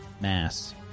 mass